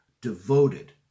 devoted